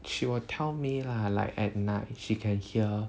she will tell me lah like at night she can hear